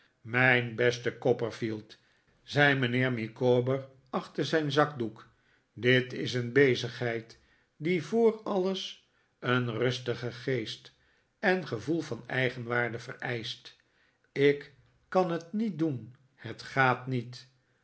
dickens david copperfield zei mijnheer micawber achter zijn zakdoek dit is een bezigheid die voor alles een rustigen geest en gevoel van eigenwaarde vereischt ik kan het niet doen het gaat niet